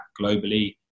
globally